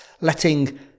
letting